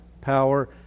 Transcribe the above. power